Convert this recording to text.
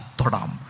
todam